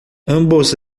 ambos